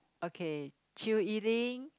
okay Chew-Yi-Ting